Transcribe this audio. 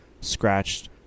scratched